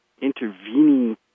intervening